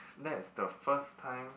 that is the first time